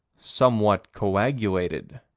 somewhat coagulated.